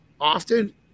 often